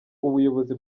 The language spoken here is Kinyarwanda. ubuyobozi